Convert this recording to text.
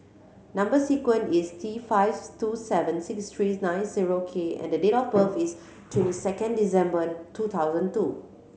number sequence is T five two seven six three nine zero K and the date of birth is twenty second December two thousand two